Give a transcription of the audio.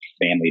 family